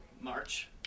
March